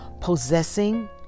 Possessing